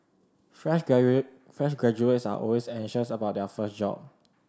fresh fresh graduates are always anxious about their first job